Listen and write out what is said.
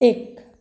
एक